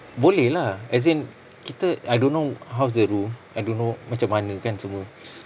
boleh lah as in kita I don't know how is the rule I don't know macam mana kan semua